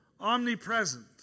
omnipresent